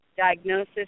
diagnosis